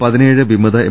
പതിനേഴ് വിമത എം